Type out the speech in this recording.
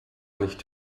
nicht